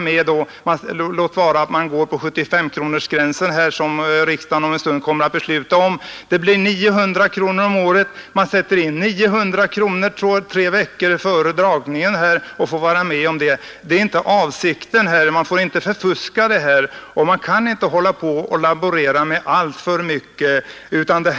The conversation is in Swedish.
Med den gräns vid 75 kronor i månaden som riksdagen om en stund kommer att besluta blir det alltså 900 kronor om året. De som sätter in den summan två, tre veckor före årsskiftet skulle då få vara med i dragningen. Det är inte avsikten med förslaget. Man får inte förfuska detta, och man kan inte laborera med alltför många bestämmelser.